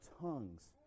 tongues